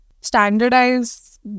standardize